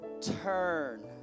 turn